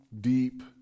deep